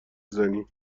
بزنی